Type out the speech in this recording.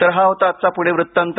तर हा होता आजचा प्णे व्रत्तांत